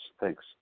Thanks